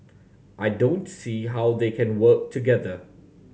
I don't see how they can work together